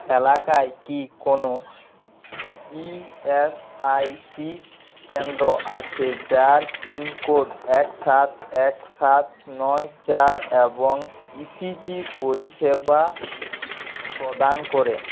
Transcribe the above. এলাকায় কি কোনও ই এস আই সি কেন্দ্র আছে যার পিনকোড এক সাত এক সাত নয় চার এবং ই সি জি পরিষেবা প্রদান করে